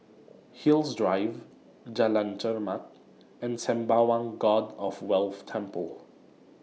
Hillside Drive Jalan Chermat and Sembawang God of Wealth Temple